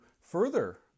further